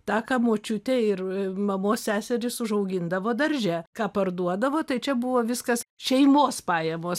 tą ką močiutė ir mamos seserys užaugindavo darže ką parduodavo tai čia buvo viskas šeimos pajamos